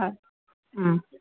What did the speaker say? ആ ആ